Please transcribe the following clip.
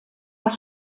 was